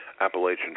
appalachian